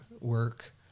work